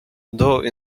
though